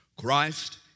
Christ